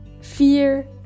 Fear